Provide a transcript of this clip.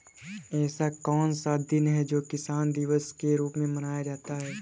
ऐसा कौन सा दिन है जो किसान दिवस के रूप में मनाया जाता है?